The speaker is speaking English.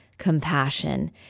compassion